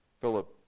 Philip